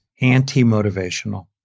anti-motivational